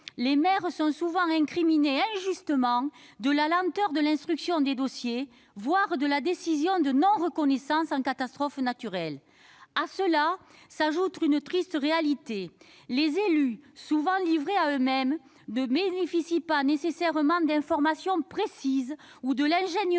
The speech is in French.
les maires sont souvent mis en cause injustement face à la lenteur de l'instruction des dossiers, voire à la suite d'une décision de non-reconnaissance de l'état de catastrophe naturelle. À cela s'ajoute une triste réalité : les élus, souvent livrés à eux-mêmes, ne bénéficient pas nécessairement d'informations précises ou de l'ingénierie